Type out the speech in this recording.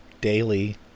daily